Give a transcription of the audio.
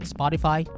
Spotify